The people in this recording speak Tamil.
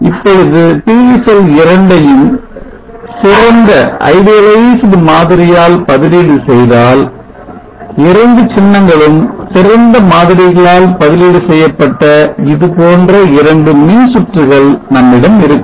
இப்பொழுது PV செல் 2 யும் சிறந்த மாதிரியால் பதிலீடு செய்தால் இரண்டு சின்னங்களும் சிறந்த மாதிரிகளால் பதிலீடு செய்யப்பட்ட இதுபோன்ற இரண்டு மின்சுற்றுகள் நம்மிடம் இருக்கும்